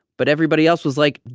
but everybody else was like,